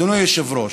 אדוני היושב-ראש,